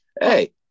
hey